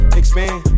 expand